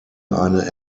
eine